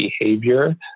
behavior